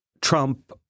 trump